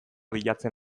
bilatzen